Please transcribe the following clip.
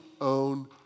own